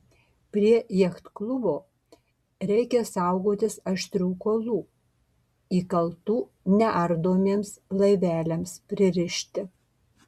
prie jachtklubo reikia saugotis aštrių kuolų įkaltų neardomiems laiveliams pririšti